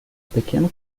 pequeno